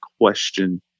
question